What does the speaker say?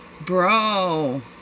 Bro